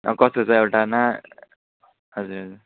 अब कस्तो छ अब हजुर हजुर